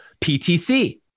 PTC